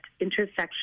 intersection